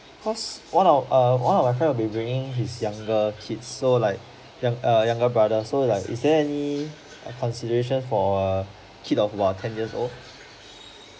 because one of a one of a friend will be bringing his younger kids so like a younger brother so like is there any consideration for a kid of about ten years old